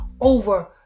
over